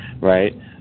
right